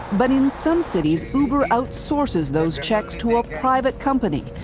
but in some cities, uber outsources those checks to a private company,